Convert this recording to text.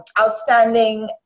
outstanding